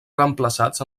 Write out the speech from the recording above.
reemplaçats